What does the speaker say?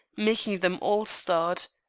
making them all start.